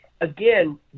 again